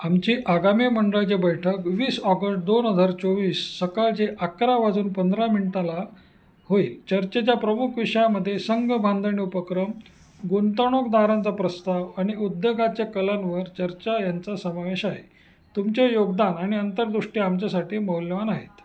आमची आगामी मंडळाची बैठक वीस ऑगस्ट दोन हजार चोवीस सकाळचे अकरा वाजून पंधरा मिनटाला होईल चर्चेच्या प्रमुख विषयामध्ये संघ बांधणी उपक्रम गुंतवणूकदारांचा प्रस्ताव आणि उद्योगाच्या कलांवर चर्चा यांचा समावेश आहे तुमचे योगदान आणि अंतरदृष्टी आमच्यासाठी मौल्यवान आहेत